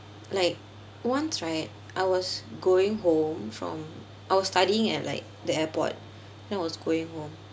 like once right I was going home from I was studying at like the airport then was going home